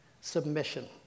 submission